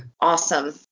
Awesome